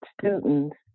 students